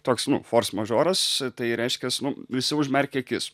toks nu fors mažoras tai reiškias nu visi užmerkia akis